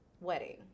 wedding